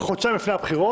היו חילוקי דעות.